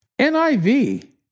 NIV